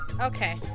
Okay